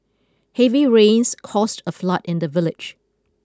heavy rains caused a flood in the village